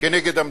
נגד המדינה.